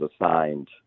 assigned